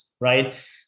right